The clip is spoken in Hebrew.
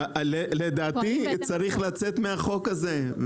לדעתי, צריך לצאת מהחוק הזה.